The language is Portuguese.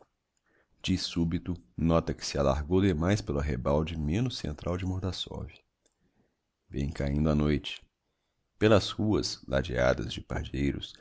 de subito nota que se alargou demais pelo arrabalde menos central de mordassov vem caíndo a noite pelas ruas ladeadas de pardieiros